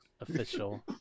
official